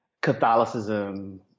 Catholicism